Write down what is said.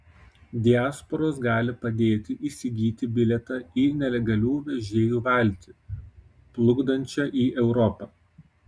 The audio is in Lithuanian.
diasporos gali padėti įsigyti bilietą į nelegalių vežėjų valtį plukdančią į europą